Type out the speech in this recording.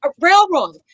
railroad